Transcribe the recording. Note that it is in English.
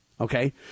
Okay